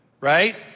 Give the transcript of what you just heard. right